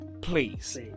Please